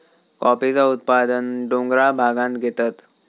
कॉफीचा उत्पादन डोंगराळ भागांत घेतत